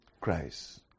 Christ